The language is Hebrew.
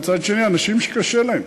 ומצד שני יש אנשים שקשה להם.